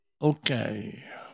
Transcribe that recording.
Okay